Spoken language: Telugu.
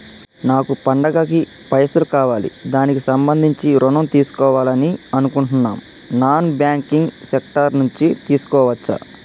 నాకు పండగ కి పైసలు కావాలి దానికి సంబంధించి ఋణం తీసుకోవాలని అనుకుంటున్నం నాన్ బ్యాంకింగ్ సెక్టార్ నుంచి తీసుకోవచ్చా?